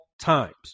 times